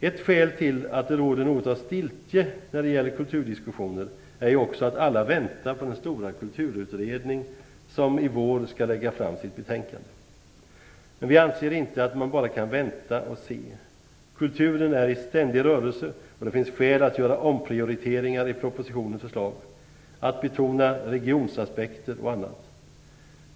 Ett skäl till att det råder något av stiltje i kulturdiskussionen är ju att alla väntar på den stora kulturutredning som i vår skall lägga fram sitt betänkande. Men vi anser inte att man bara kan vänta och se. Kulturen är i ständig rörelse, och det finns skäl att göra omprioriteringar i propositionens förslag, att betona regionsaspekter och annat.